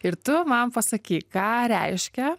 ir tu man pasakyk ką reiškia